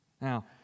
Now